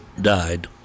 died